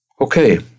Okay